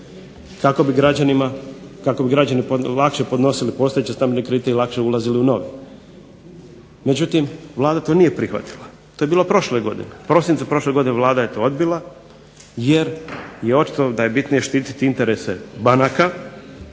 kako bi građani lakše podnosili postojeće stambene kredite, i lakše ulazili u nove. Međutim Vlada to nije prihvatila, to je bilo prošle godine, u prosincu prošle godine Vlada je to odbila jer je očito da je bitnije štititi interese banaka,